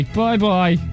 bye-bye